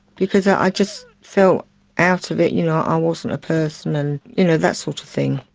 because i just felt out of it, you know i wasn't a person and you know that sort of thing.